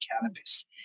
cannabis